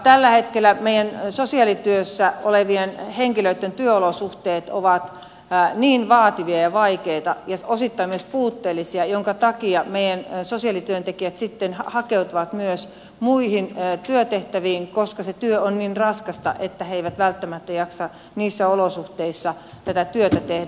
tällä hetkellä meidän sosiaalityössä olevien henkilöitten työolosuhteet ovat niin vaativia ja vaikeita ja osittain myös puutteellisia että sosiaalityöntekijät sitten hakeutuvat myös muihin työtehtäviin koska se työ on niin raskasta että he eivät välttämättä jaksa niissä olosuhteissa tätä työtä tehdä